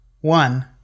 One